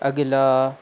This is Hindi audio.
अगला